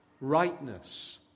Rightness